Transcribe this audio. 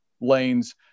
lanes